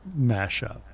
mashup